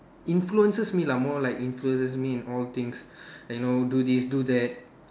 influences me lah more like influences me in all things like you know do this do that